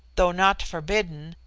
though not forbidden,